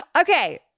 Okay